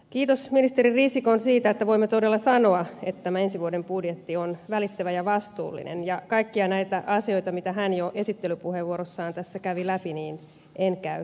kiitos ministeri risikon voimme todella sanoa että tämä ensi vuoden budjetti on välittävä ja vastuullinen ja kaikkia näitä asioita mitä hän jo esittelypuheenvuorossaan kävi läpi en käy luettelemaan